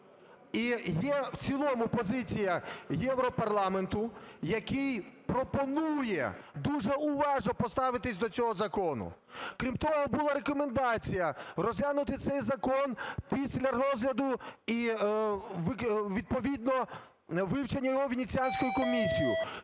І де в цілому позиція Європарламенту, який пропонує дуже уважно поставитися до цього закону? Крім того, була рекомендація розглянути цей закон після розгляду, відповідно, вивчення його Венеціанською комісією,